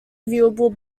viewable